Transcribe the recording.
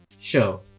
show